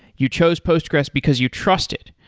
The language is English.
you chose postgres because you trust it.